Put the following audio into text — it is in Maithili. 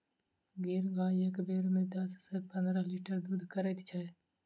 गिर गाय एक बेर मे दस सॅ पंद्रह लीटर दूध करैत छै